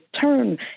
turn